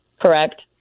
Correct